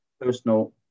personal